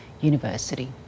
University